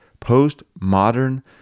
Postmodern